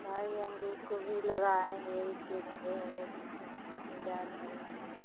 भाई अमरूद को भी लगाएंगे उसके घोंडे वोंड़े भी तैयार करेंगे